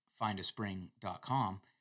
findaspring.com